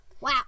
Wow